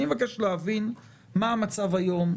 אני מבקש להבין מה המצב היום.